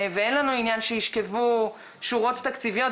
ואין לנו עניין שישכבו שורות תקציביות.